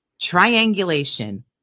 Triangulation